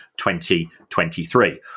2023